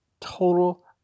total